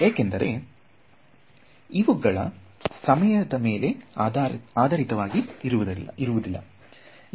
ಏಕೆಂದರೆ ಇವುಗಳು ಸಮಯದ ಮೇಲೆ ಆಧಾರಿತವಾಗಿ ಇರುವುದಿಲ್ಲ